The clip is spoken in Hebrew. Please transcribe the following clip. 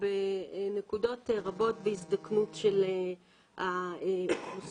בנקודות רבות בהזדקנות של האוכלוסייה.